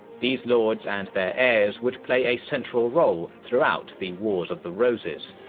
these lords and their heirs would play a central role throughout the wars of the roses.